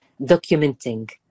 documenting